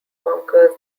conquers